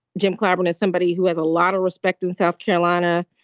jim clyburn is somebody who has a lot of respect in south carolina.